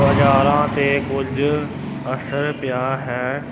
ਬਜ਼ਾਰਾਂ 'ਤੇ ਕੁੱਝ ਅਸਰ ਪਿਆ ਹੈ